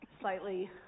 slightly